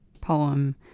poem